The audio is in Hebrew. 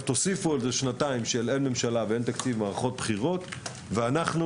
תוסיפו על זה שנתיים שאין ממשלה ואין תקציב ונערכות מערכות בחירות ואנחנו